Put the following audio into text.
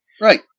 Right